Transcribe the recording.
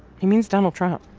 he means donald trump